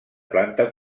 planta